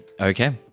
Okay